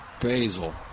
basil